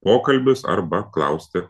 pokalbius arba klausti